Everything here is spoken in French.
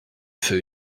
fait